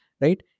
right